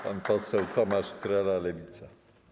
Pan poseł Tomasz Trela, Lewica.